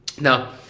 Now